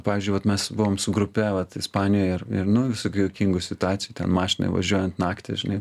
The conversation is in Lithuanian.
pavyzdžiui vat mes buvom su grupe vat ispanijoj ir ir nu visokių juokingų situacijų ten mašinoj važiuojant naktį žinai